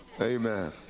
amen